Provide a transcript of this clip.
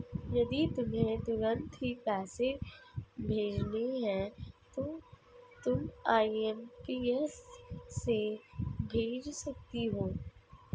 यदि तुम्हें तुरंत ही पैसे भेजने हैं तो तुम आई.एम.पी.एस से भेज सकती हो